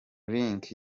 link